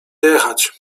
jechać